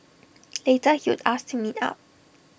later he would ask to meet up